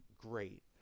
great